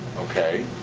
okay,